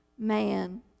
Man